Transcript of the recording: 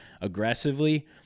aggressively